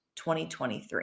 2023